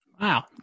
Wow